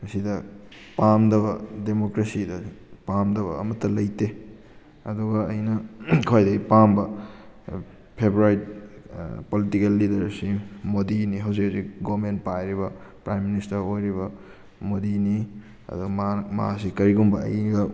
ꯃꯁꯤꯗ ꯄꯥꯝꯗꯕ ꯗꯦꯃꯣꯀ꯭ꯔꯦꯁꯤꯗ ꯄꯥꯝꯗꯕ ꯑꯃꯇ ꯂꯩꯇꯦ ꯑꯗꯨꯒ ꯑꯩꯅ ꯈ꯭ꯋꯥꯏꯗꯩ ꯄꯥꯝꯕ ꯐꯦꯕꯣꯔꯥꯏꯠ ꯄꯣꯂꯤꯇꯤꯀꯦꯜ ꯂꯤꯗꯔꯁꯤ ꯃꯣꯗꯤꯅꯤ ꯍꯧꯖꯤꯛ ꯖꯧꯖꯤꯛ ꯒꯣꯔꯃꯦꯟ ꯄꯥꯏꯔꯤꯕ ꯄ꯭ꯔꯥꯏꯝ ꯃꯤꯅꯤꯁꯇꯔ ꯑꯣꯏꯔꯤꯕ ꯃꯣꯗꯤꯅꯤ ꯑꯗꯣ ꯃꯥꯅ ꯃꯥꯁꯤ ꯀꯔꯤꯒꯨꯝꯕ ꯑꯩꯒ